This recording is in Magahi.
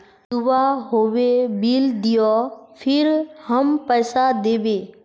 दूबा होबे बिल दियो फिर हम पैसा देबे?